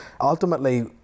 Ultimately